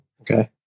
Okay